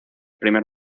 primer